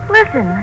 Listen